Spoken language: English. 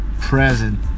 present